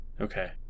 Okay